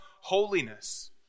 holiness